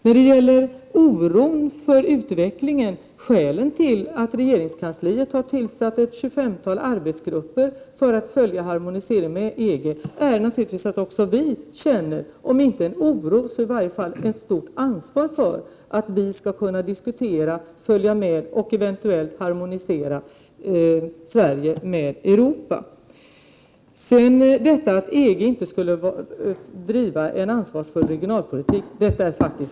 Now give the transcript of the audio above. När det gäller oron för utvecklingen vill jag säga att skälet till att regeringskansliet har tillsatt ett tjugofemtal arbetsgrupper för att följa EG-harmoniseringen är att vi känner om inte en oro så i varje fall ett stort ansvar för att vi skall kunna följa med i utvecklingen och eventuellt harmonisera Sverige med EG. Det är vidare inte sant, Inger Schörling, att EG inte skulle driva en ansvarsfull regionalpolitik.